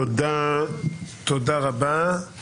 תודה רבה.